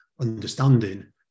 understanding